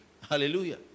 Hallelujah